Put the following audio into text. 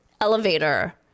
elevator